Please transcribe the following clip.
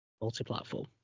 multi-platform